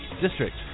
district